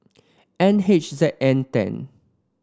N H Z N ten